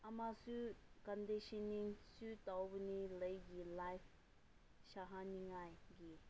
ꯑꯃꯁꯨꯡ ꯀꯟꯗꯤꯁꯟꯅꯤꯡꯁꯨ ꯇꯧꯕꯅꯤ ꯂꯩꯒꯤ ꯐꯥꯏꯐ ꯁꯥꯡꯍꯟꯅꯤꯡꯉꯥꯏꯒꯤ